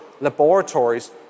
laboratories